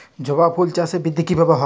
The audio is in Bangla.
জবা ফুল চাষে বৃদ্ধি কিভাবে হবে?